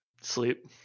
Sleep